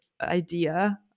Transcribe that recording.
idea